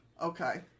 Okay